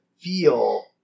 feel